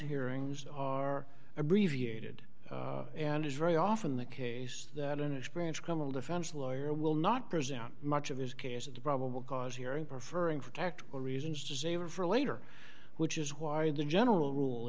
hearing are abbreviated and it's very often the case that an experience criminal defense lawyer will not present much of his case at the probable cause hearing prefer him for tactical reasons to save it for later which is why the general rule